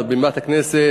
מעל בימת הכנסת,